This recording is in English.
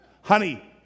Honey